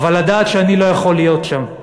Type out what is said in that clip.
"אבל לדעת שאני לא יכול להיות שם";